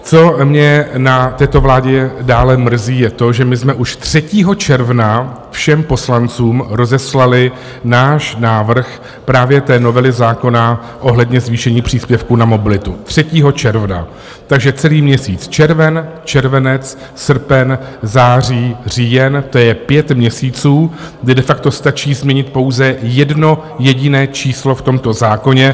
Co mě na této vládě dále mrzí, je to, že my jsme už 3. června všem poslancům rozeslali náš návrh právě té novely zákona ohledně zvýšení příspěvku na mobilitu, 3. června, takže celý měsíc červen, červenec, srpen, září, říjen to je pět měsíců, kdy de facto stačí změnit pouze jedno jediné číslo v tomto zákoně.